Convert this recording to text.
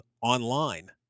online